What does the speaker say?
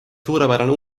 suurepärane